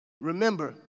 Remember